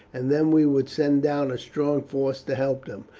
and then we would send down a strong force to help them.